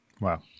Wow